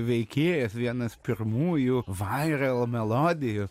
veikėjas vienas pirmųjų vairel melodijų